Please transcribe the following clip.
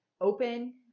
open